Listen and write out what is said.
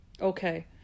Okay